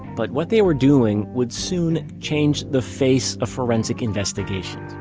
but what they were doing would soon change the face of forensic investigation.